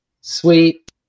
sweet